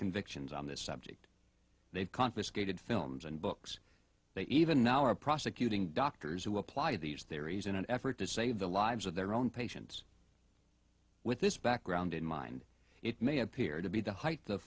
convictions on this subject they've confiscated films and books they even now are prosecuting doctors who apply these theories in an effort to save the lives of their own patients with this background in mind it may appear to be the height